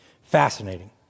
Fascinating